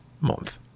month